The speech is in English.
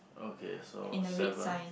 okay so seven